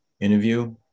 interview